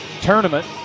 tournament